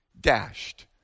dashed